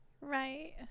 Right